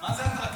מה זה אטרקטיבית?